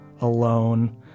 alone